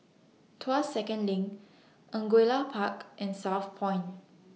Tuas Second LINK Angullia Park and Southpoint